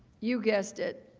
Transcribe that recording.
you guessed it?